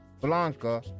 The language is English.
blanca